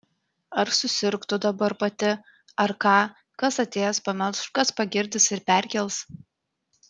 ar susirgtų dabar pati ar ką kas atėjęs pamelš kas pagirdys ir perkels